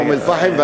מאום-אלפחם.